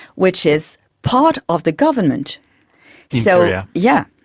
which is part of the government so yeah yeah